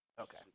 Okay